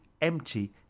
empty